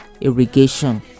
irrigation